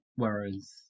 Whereas